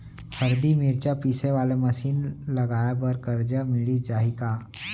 हरदी, मिरचा पीसे वाले मशीन लगाए बर करजा मिलिस जाही का?